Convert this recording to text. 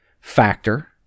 factor